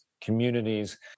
communities